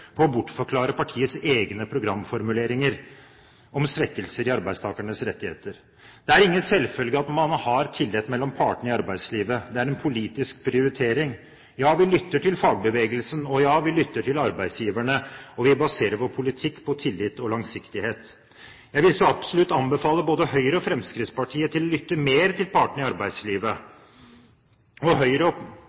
på å bortforklare partiets egne programformuleringer om svekkelser i arbeidstakernes rettigheter. Det er ingen selvfølge at man har tillit mellom partene i arbeidslivet. Det er en politisk prioritering. Ja, vi lytter til fagbevegelsen, og ja, vi lytter til arbeidsgiverne, og vi baserer vår politikk på tillit og langsiktighet. Jeg vil så absolutt anbefale både Høyre og Fremskrittspartiet å lytte mer til partene i arbeidslivet. Og